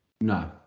No